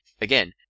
Again